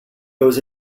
goes